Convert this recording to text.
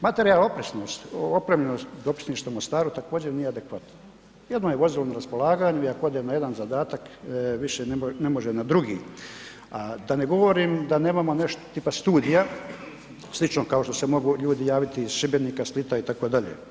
Materijalna opremljenost dopisništva u Mostaru također nije adekvatno, jedno je vozilo na raspolaganju i ako odem na jedan zadatak više ne može na drugi, a da ne govorim da nemamo nešto tipa studija, slično kao što se mogu ljudi javiti iz Šibenika, Splita itd.